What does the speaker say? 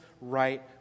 right